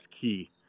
key